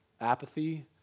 apathy